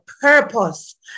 purpose